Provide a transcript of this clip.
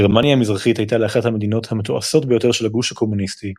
גרמניה המזרחית הייתה לאחת המדינות המתועשות ביותר של הגוש הקומוניסטי,